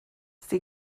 sie